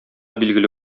билгеле